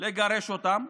לגרש אותם,